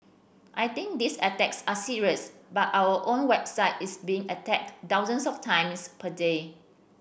I think these attacks are serious but our own website is being attacked thousands of times per day